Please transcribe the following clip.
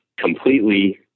completely